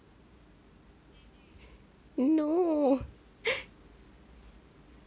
no